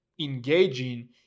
engaging